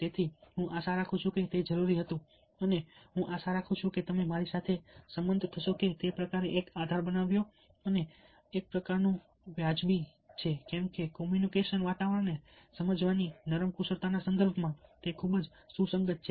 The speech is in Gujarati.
તેથી હું આશા રાખું છું કે તે જરૂરી હતું અને હું આશા રાખું છું કે તમે મારી સાથે સંમત થશો કે તે પ્રકારે એક આધાર બનાવ્યો અને પ્રકારનું વાજબી કેમ છે કે કોમ્યુનિકેશન વાતાવરણને સમજવાની નરમ કુશળતાના સંદર્ભમાં તે ખૂબ જ સુસંગત છે